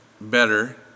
better